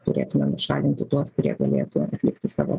turėtume nušalinti tuos kurie galėtų atlikti savo